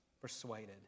Persuaded